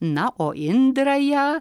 na o indrają